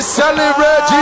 celebrate